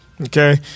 Okay